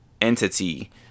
entity